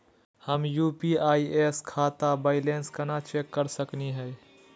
हम यू.पी.आई स खाता बैलेंस कना चेक कर सकनी हे?